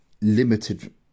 limited